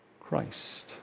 Christ